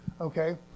Okay